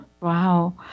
Wow